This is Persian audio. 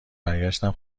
برگشتم